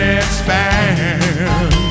expand